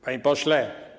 Panie Pośle!